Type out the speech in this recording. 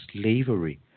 slavery